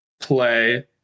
play